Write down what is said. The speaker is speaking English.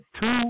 two